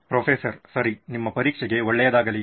professor ಸರಿ ನಿಮ್ಮ ಪರೀಕ್ಷೆಗೆ ಒಳ್ಳೆಯದಾಗಲಿ